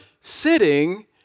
sitting